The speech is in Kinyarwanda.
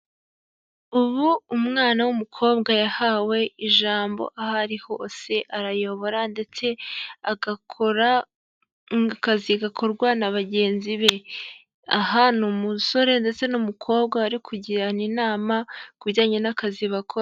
Ubu umwana w'umukobwa yahawe ijambo aho ari hose arayobora ndetse agakora akazi gakorwa na bagenzi be. Aha ni umusore ndetse n'umukobwa barikugirana inama ku kubijyanye n'akazi bakora.